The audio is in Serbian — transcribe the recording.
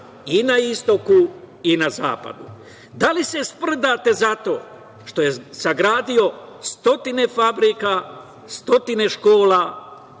i na istoku i na zapadu? Da li se sprdate zato što je sagradio stotine fabrika, stotine škola,